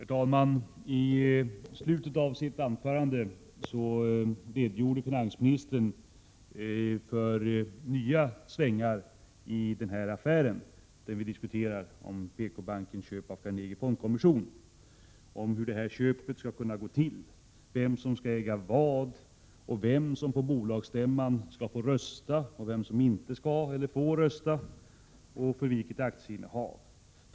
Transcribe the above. Herr talman! I slutet av sitt anförande redogjorde finansministern för nya svängar i den affär vi nu diskuterar, PKbankens köp av Carnegie Fondkommission. Det gällde hur köpet skall gå till, vem som skall äga vad, vem som skall få rösta på bolagsstämman och vem som inte skall få göra det samt på grundval av vilket aktieinnehav det skall ske.